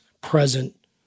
present